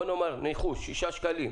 בואו נאמר, ניחוש, שישה שקלים.